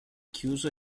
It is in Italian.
chiuso